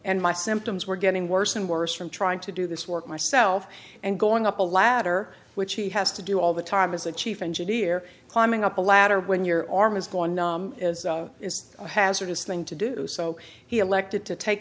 and my symptoms were getting worse and worse from trying to do this work myself and going up the ladder which he has to do all the time as a chief engineer climbing up a ladder when your arm is gone as is a hazardous thing to do so he elected to take